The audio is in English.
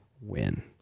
win